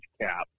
cap